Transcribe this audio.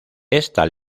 esta